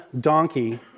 donkey